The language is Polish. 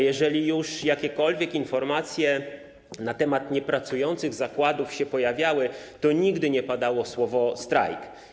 Jeżeli już jakiekolwiek informacje na temat niepracujących zakładów się pojawiały, to nigdy nie padało słowo „strajk”